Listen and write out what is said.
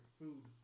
food